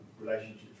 relationships